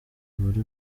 muri